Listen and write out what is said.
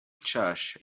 nshasha